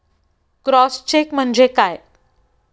Cross check म्हणजे काय?